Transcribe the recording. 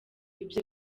ibyo